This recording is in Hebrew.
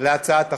להצעת החוק.